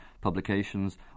publications